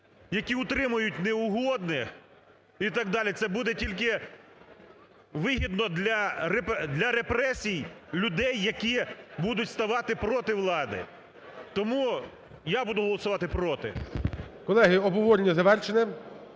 які утримують не угодних і так далі – це буде тільки вигідно для репресій людей, які будуть ставати проти влади. Тому, я буду голосувати проти. ГОЛОВУЮЧИЙ. Колеги, обговорення завершене.